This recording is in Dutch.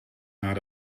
naar